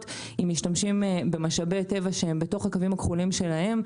אם משתמשים במשאבי טבע שהם בתוך הקווים הכחולים שלהן.